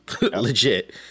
legit